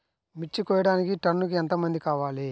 మిర్చి కోయడానికి టన్నుకి ఎంత మంది కావాలి?